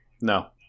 no